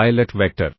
pilot vector